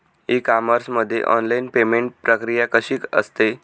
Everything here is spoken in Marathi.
ई कॉमर्स मध्ये ऑनलाईन पेमेंट प्रक्रिया कशी असते?